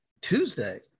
Tuesday